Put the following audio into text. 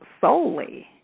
solely